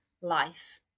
life